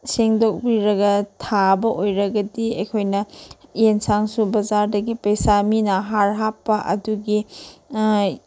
ꯁꯦꯡꯗꯣꯛꯄꯤꯔꯒ ꯊꯥꯕ ꯑꯣꯏꯔꯒꯗꯤ ꯑꯩꯈꯣꯏꯅ ꯌꯦꯚꯁꯥꯡꯁꯨ ꯕꯖꯥꯔꯗꯒꯤ ꯄꯩꯁꯥ ꯃꯤꯅ ꯍꯥꯔ ꯍꯥꯞꯄ ꯑꯗꯨꯒꯤ